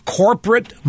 corporate